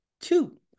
Two